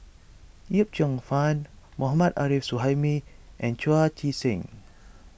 Yip Cheong Fun Mohammad Arif Suhaimi and Chu Chee Seng